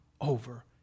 over